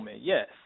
yes